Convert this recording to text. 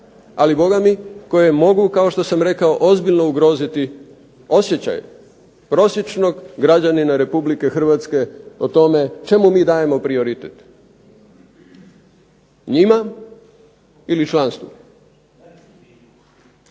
ali koje mogu kao što sam rekao ozbiljno ugroziti osjećaj prosječnog građanina Republike Hrvatske o tome čemu mi dajemo prioritet, njima ili članstvu.